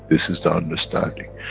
this is the understanding,